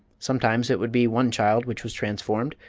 sometimes it would be one child which was transformed,